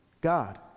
God